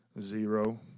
Zero